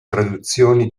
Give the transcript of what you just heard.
traduzioni